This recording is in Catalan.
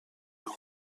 nou